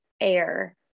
air